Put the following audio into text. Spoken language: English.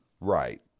Right